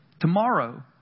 Tomorrow